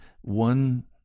one